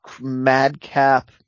madcap